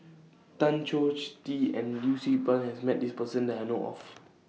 Tan Choh Tee and Yee Siew Pun has Met This Person that Have know of